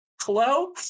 Hello